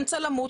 אני רוצה למות,